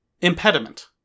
impediment